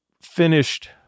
finished